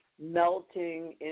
melting